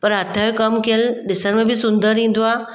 पर हथ यो कमु कयल ॾिसणु में बि सुंदर ईंदो आहे